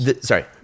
sorry